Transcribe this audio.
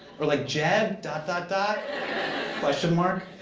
or like, jeb? dot dot dot question mark.